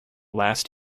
last